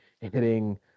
hitting